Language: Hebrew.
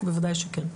בוודאי שכן.